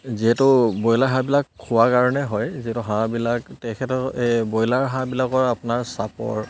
যিহেতু ব্ৰইলাৰ হাঁহবিলাক খোৱাৰ কাৰণে হয় যিহেতু হাঁহবিলাক তেখেত ব্ৰইলাৰ হাঁহবিলাকৰ আপোনাৰ চাপৰ